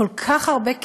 כל כך הרבה כאב.